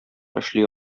эшли